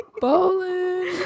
Bowling